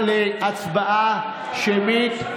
להצבעה שמית.